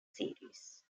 series